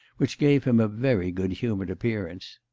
which gave him a very good-humoured appearance.